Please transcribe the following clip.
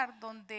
donde